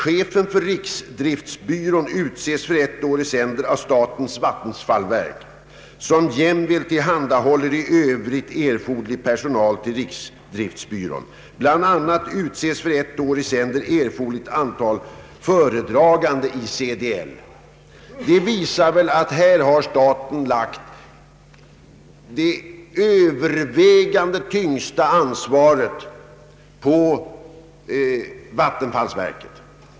Chefen för riksdriftsbyrån utses för ett år i sänder av statens vattenfallsverk, som jämväl tillhandahåller i övrigt erforderlig personal till riksdriftsbyrån. Bl. a. utses för ett år i taget erforderligt antal föredragande i CDL. Det visar väl att här har staten lagt det tyngsta ansvaret på vattenfallsverket.